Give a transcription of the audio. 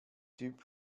typ